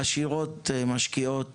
העשירות משקיעות